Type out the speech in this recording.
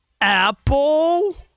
Apple